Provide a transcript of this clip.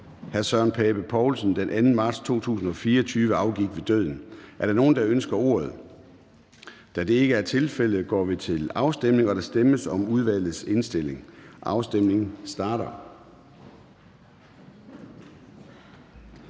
at Søren Pape Poulsen den 2. marts 2024 afgik ved døden. Er der nogen, der ønsker ordet? Da det ikke er tilfældet, går vi til afstemning. Kl. 14:01 Afstemning Formanden (Søren Gade): Der stemmes om udvalgets indstilling. Afstemningen starter.